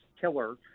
killer